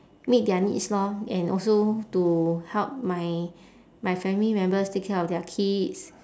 meet their needs lor and also to help my my family members take care of their kids